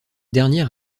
dernière